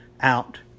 out